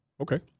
Okay